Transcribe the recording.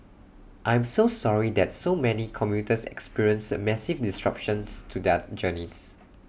I am sorry that so many commuters experienced massive disruptions to their journeys